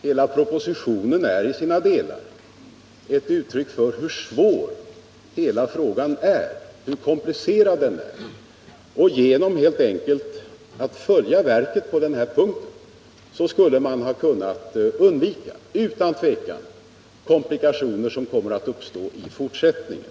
Hela propositionen är i sina delar ett uttryck för hur svår och komplicerad den här frågan är. Genom att ha följt riksförsäkringsverket på den här punkten skulle man utan tvivel kunnat undvika de komplikationer som kommer att uppstå i fortsättningen.